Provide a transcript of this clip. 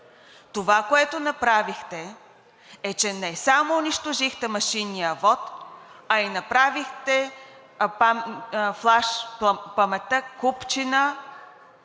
Това, което направихте, е, че не само унищожихте машинния вот, а направихте флашпаметта купчина